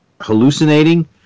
hallucinating